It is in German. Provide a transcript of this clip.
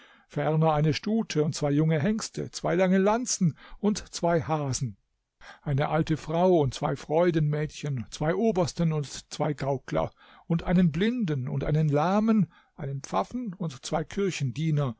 eine stute und zwei junge hengste zwei lange lanzen und zwei hasen eine alte frau und zwei freudenmädchen zwei obersten und zwei gaukler und einen blinden und einen lahmen einen pfaffen und zwei